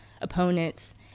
opponents